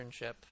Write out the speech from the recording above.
internship